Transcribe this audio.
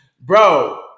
Bro